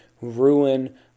ruin